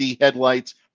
headlights